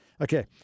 Okay